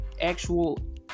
actual